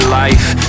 life